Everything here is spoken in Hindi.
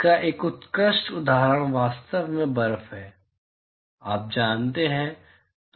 इसका एक उत्कृष्ट उदाहरण वास्तव में बर्फ है आप जानते हैं